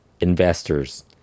investors